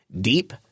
deep